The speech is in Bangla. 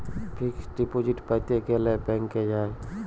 ফিক্সড ডিপজিট প্যাতে গ্যালে ব্যাংকে যায়